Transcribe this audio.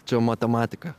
čia matematika